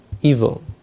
evil